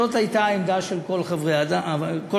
זאת הייתה העמדה של כל חברי הוועדה.